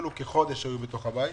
אפילו כחודש היו בבית.